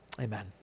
Amen